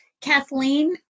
Kathleen